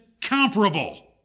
comparable